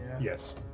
Yes